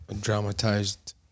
dramatized